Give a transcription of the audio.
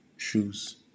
shoes